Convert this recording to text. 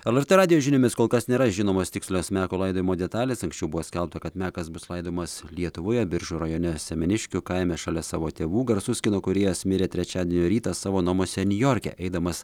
lrt radijo žiniomis kol kas nėra žinomos tikslios meko laidojimo detalės anksčiau buvo skelbta kad mekas bus laidojamas lietuvoje biržų rajone semeniškių kaime šalia savo tėvų garsus kino kūrėjas mirė trečiadienio rytą savo namuose niujorke eidamas